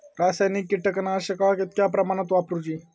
रासायनिक कीटकनाशका कितक्या प्रमाणात वापरूची?